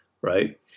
right